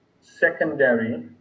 secondary